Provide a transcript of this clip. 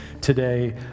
today